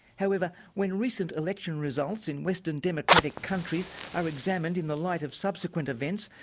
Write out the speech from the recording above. however, when recent election results in western democratic countries are examined in the light of subsequent events,